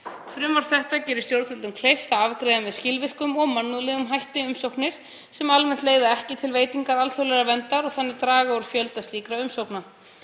Frumvarpið gerir stjórnvöldum kleift að afgreiða með skilvirkum og mannúðlegum hætti umsóknir sem almennt leiða ekki til veitingar alþjóðlegrar verndar og þannig draga úr fjölda slíkra umsókna.